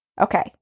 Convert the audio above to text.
Okay